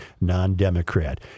non-Democrat